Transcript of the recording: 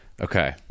okay